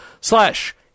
slash